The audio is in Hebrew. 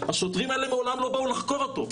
השוטרים האלה מעולם לא באו לחקור אותו,